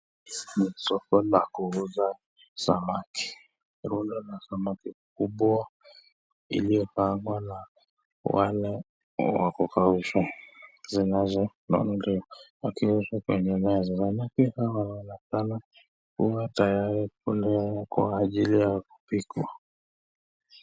NI soko la kuuza samaki. Rundo la samaki kubwa iliyopangwa na wale wakukausha zinazonunuliwa. Zikiwa kwenye meza wale samaki hawa wanaonekana kuwa umo tayari kulwa kwa ajili ya kupikwa.